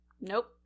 nope